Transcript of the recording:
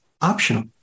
optional